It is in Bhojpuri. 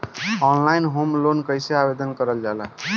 ऑनलाइन होम लोन कैसे आवेदन करल जा ला?